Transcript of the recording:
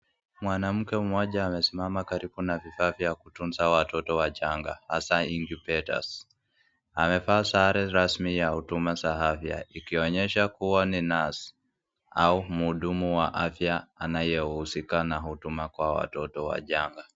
Mwanamke mmoja amesimama karibu na vifaa vya kutunza watoto wachanga hasaa incubators amevaa sare rasmi ya huduma za afya ikionyesha kuwa ni nurse au mhudumu wa afya anayehusika na huduma kwa watoto wachanga.